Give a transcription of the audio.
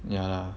ya lah